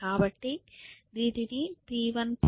కాబట్టి దీనిని P1′ P2′